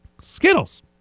Skittles